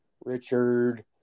richard